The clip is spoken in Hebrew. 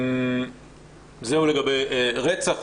זהו לגבי רצח.